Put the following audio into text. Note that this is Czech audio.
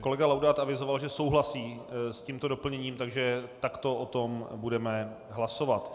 Kolega Laudát avizoval, že souhlasí s tímto doplněním, takže takto o tom budeme hlasovat.